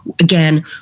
again